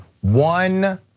one